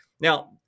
Now